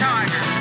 Tiger